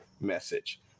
message